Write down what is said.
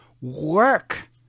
work